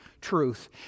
truth